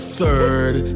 third